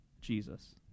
Jesus